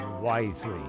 wisely